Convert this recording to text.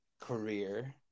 career